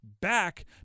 back